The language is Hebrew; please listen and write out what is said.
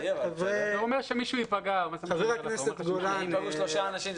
חבר הכנסת גולן,